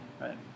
Right